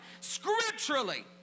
scripturally